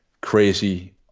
crazy